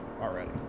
already